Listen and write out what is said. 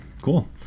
cool